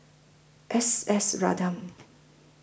S S Ratnam